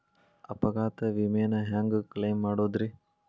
ಅಪಘಾತ ವಿಮೆನ ಹ್ಯಾಂಗ್ ಕ್ಲೈಂ ಮಾಡೋದ್ರಿ?